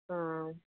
हां